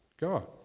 God